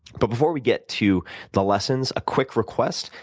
but before we get to the lessons, a quick request.